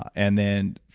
and then,